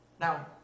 Now